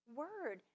word